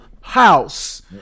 house